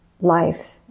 life